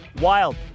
wild